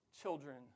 children